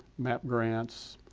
map grants,